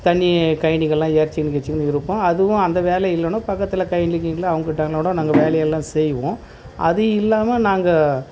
தண்ணி கழனிகல்லாம் இறச்சின்னு கிறைச்சின்னு இருப்போம் அதுவும் அந்த வேலை இல்லைன்னு பக்கத்தில் இருக்கறங்கவங்கள்ட்ட கூட நாங்கள் வேலையெல்லாம் செய்வோம் அது இல்லாமல் நாங்கள்